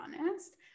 honest